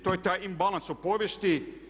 To je taj disbalans u povijesti.